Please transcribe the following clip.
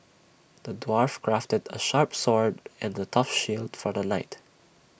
the dwarf crafted A sharp sword and A tough shield for the knight